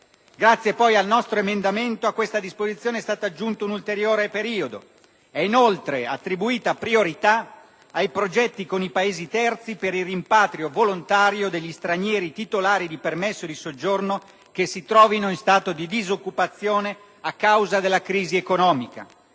Grazie poi al nostro emendamento a questa disposizione è stato aggiunto un ulteriore periodo: «È inoltre attribuita priorità ai progetti con i Paesi terzi per il rimpatrio volontario degli stranieri titolari di permesso di soggiorno che si trovino in stato di disoccupazione a causa della crisi economica».